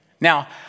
Now